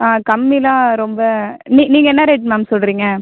ஆ கம்மினா ரொம்ப நீ நீங்கள் என்ன ரேட் மேம் சொல்கிறீங்க